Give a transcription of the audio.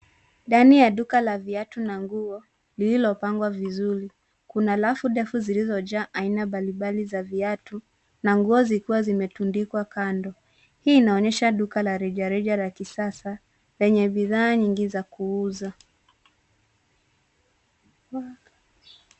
Ndani ya duka la viatu na nguo, lililopangwa vizuri. Kuna rafu ndefu zilizojaa aina mbali mbali za viatu, na nguo zikiwa zimetundikwa kando. Hii inaonesha duka la rejareja la kisasa, lenye bidhaa nyingi za kuuza.